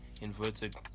inverted